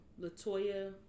Latoya